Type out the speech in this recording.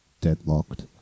Deadlocked